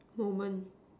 moment